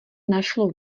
našlo